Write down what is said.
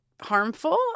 harmful